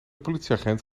politieagent